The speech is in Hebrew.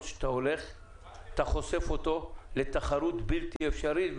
שאתה חושף אותו לתחרות בלתי אפשרית,